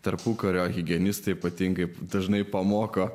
tarpukario higienistai ypatingai dažnai pamoko